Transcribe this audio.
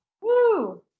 Woo